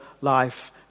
life